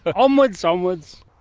onwards, onwards!